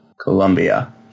Colombia